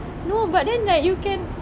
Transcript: no but then like you can